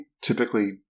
typically